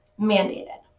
Mandated